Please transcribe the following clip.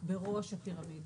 בראש הפירמידה.